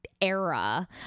era